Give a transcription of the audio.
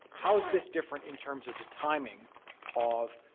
how is this different in terms of the timing of